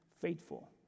faithful